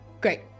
Great